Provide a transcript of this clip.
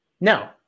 No